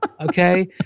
Okay